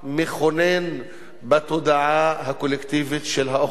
בתודעה הקולקטיבית של האוכלוסייה הערבית,